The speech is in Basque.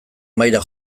mahaira